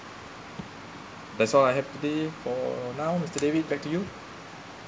work that's all I have today for now mister david back to you